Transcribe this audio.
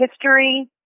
history